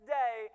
day